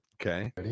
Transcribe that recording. Okay